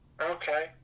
Okay